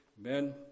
men